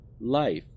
life